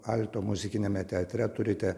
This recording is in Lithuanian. alto muzikiniame teatre turite